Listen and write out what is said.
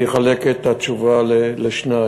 אני אחלק את התשובה לשניים: